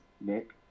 nick